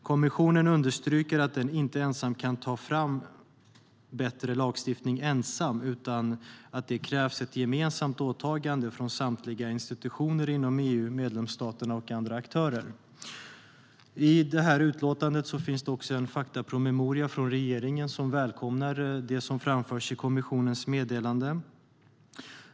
Kommissionen understryker att den inte ensam kan ta fram bättre lagstiftning, utan att det krävs ett gemensamt åtagande från samtliga institutioner inom EU, medlemsstaterna och andra aktörer. I utlåtandet finns också en faktapromemoria. Regeringen välkomnar det som framförs i kommissionens meddelande.